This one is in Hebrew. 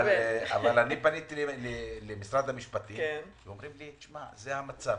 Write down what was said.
פניתי למשרד המשפטים ואמרו לי: זה המצב.